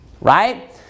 right